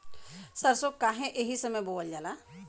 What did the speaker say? सरसो काहे एही समय बोवल जाला?